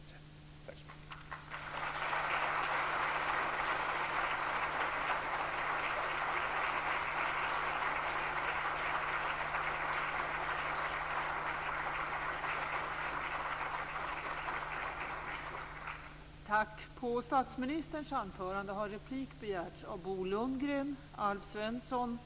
Tack så mycket!